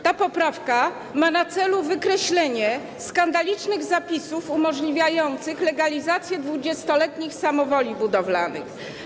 Ta poprawka ma na celu wykreślenie skandalicznych zapisów umożliwiających legalizację 20-letnich samowoli budowlanych.